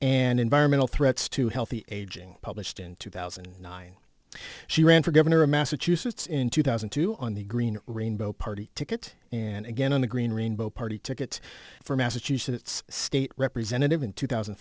and environmental threats to healthy aging published in two thousand and nine she ran for governor of massachusetts in two thousand and two on the green rainbow party ticket and again on the green rainbow party ticket for massachusetts state representative in two thousand